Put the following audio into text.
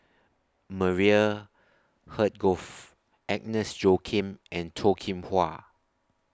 Maria Hertogh Agnes Joaquim and Toh Kim Hwa